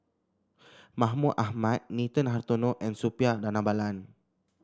Mahmud Ahmad Nathan Hartono and Suppiah Dhanabalan